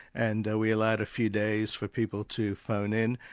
and we allowed a few days for people to phone in.